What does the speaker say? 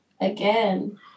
again